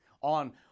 on